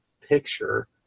picture